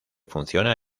funciona